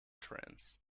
trance